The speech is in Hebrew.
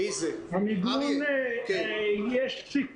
מה שמפתיע זה הדברים שהיו אמורים להיערך אליהם שעדיין